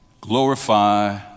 glorify